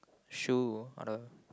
shoe on the